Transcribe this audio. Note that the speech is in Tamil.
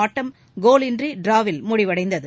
ஆட்டம் கோலின்றி டிராவில் முடிவடைந்தது